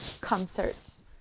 concerts